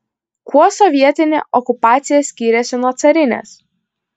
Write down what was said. kuo sovietinė okupacija skyrėsi nuo carinės